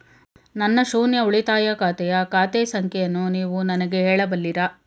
ನನ್ನ ಶೂನ್ಯ ಉಳಿತಾಯ ಖಾತೆಯ ಖಾತೆ ಸಂಖ್ಯೆಯನ್ನು ನೀವು ನನಗೆ ಹೇಳಬಲ್ಲಿರಾ?